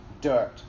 dirt